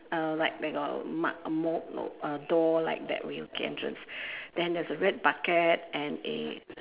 uh like like a mu~ moul~ uh door like that way okay entrance then there's a red bucket and a